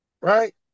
right